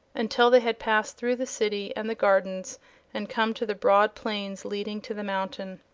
until they had passed through the city and the gardens and come to the broad plains leading to the mountain.